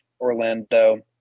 Orlando